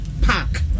Park